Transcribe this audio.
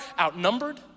outnumbered